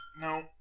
No